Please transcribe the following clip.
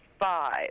five